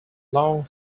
long